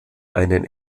einen